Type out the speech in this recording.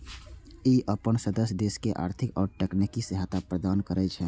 ई अपन सदस्य देश के आर्थिक आ तकनीकी सहायता प्रदान करै छै